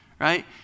right